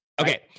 Okay